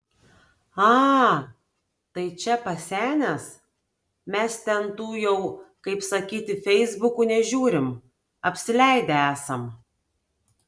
a tai čia pasenęs mes ten tų jau kaip sakyti feisbukų nežiūrim apsileidę esam